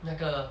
那个